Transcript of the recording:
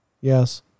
Yes